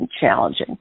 challenging